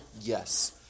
Yes